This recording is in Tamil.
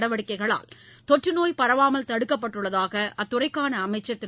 நடவடிக்கைகளால் தொற்றுநோய் பரவாமல் தடுக்கப்பட்டுள்ளதாக அத்துறைக்கான அமைச்சர் திரு